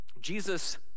Jesus